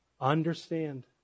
understand